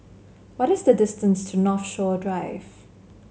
what is the distance to Northshore Drive